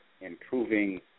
improving